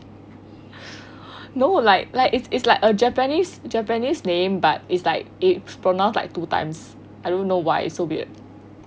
no like like it's it's like a japanese japanese name but it's like it's pronounced like two times I don't why it's so weird